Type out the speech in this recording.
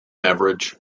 average